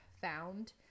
found